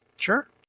Sure